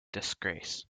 disgrace